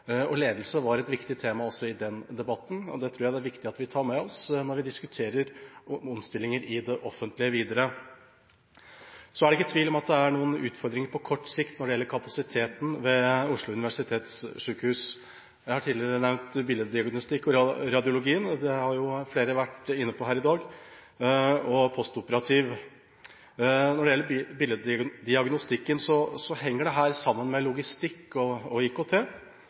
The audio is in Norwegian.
og ledelse var et viktig tema også i den debatten. Det tror jeg det er viktig at vi tar med oss videre når vi diskuterer omstillinger i det offentlige. Det er ikke tvil om at det er noen utfordringer på kort sikt når det gjelder kapasiteten ved Oslo universitetssykehus. Jeg har tidligere nevnt billeddiagnostikk og radiologi – som flere har vært inne på her i dag – og postoperativ. Når det gjelder billeddiagnostikken, henger det sammen med logistikk og IKT.